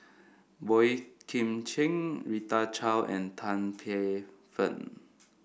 Boey Kim Cheng Rita Chao and Tan Paey Fern